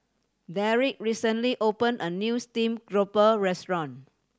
Darrick recently opened a new steamed grouper restaurant